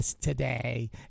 today